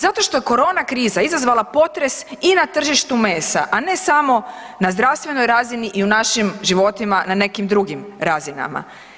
Zato što je korona kriza izazvala potres i na tržištu mesa, a ne samo na zdravstvenoj razini i u našim životima na nekim drugim razinama.